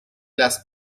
las